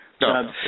No